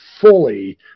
fully